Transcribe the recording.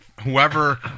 whoever